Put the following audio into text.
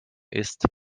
ist